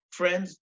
Friends